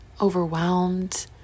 overwhelmed